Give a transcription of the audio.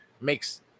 makes